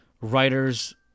writers